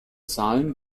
zahlen